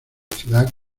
ciudad